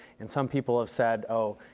and some people said, oh,